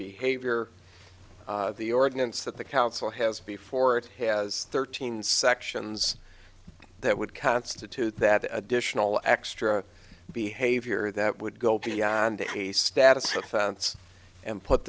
behavior the ordinance that the council has before it has thirteen sections that would constitute that additional extra behavior that would go beyond a status offense and put